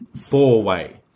four-way